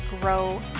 grow